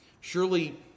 Surely